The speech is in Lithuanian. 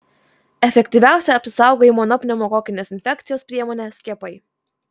efektyviausia apsisaugojimo nuo pneumokokinės infekcijos priemonė skiepai